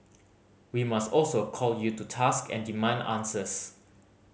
we must also call you to task and demand answers